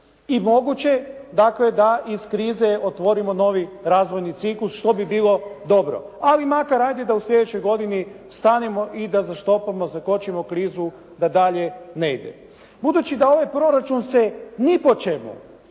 i moguće dakle da iz krize otvorimo novi razvojni ciklus što bi bilo dobro. Ali makar ajde da u sljedećoj godini stanemo i da zaštopamo, zakočimo krizu da dalje ne ide. Budući da ovaj proračun se ni po čemu